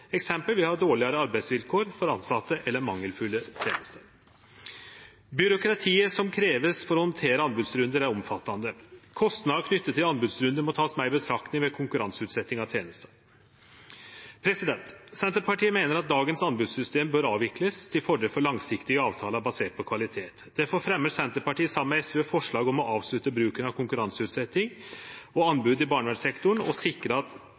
ha dårlegare arbeidsvilkår for dei tilsette eller mangelfulle tenester. Byråkratiet som vert kravd for å ta seg av anbodssystemet, er omfattande. Kostnader knytte til anbodsrunden må takast omsyn til ved konkurranseutsetjing av tenester. Senterpartiet meiner at dagens anbodssystem bør avviklast til fordel for langsiktige avtaler baserte på kvalitet. Difor fremjar Senterpartiet saman med SV forslag om å avslutte bruken av konkurranseutsetjing og anbod i barnevernssektoren og sikre at